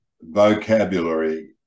vocabulary